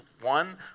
one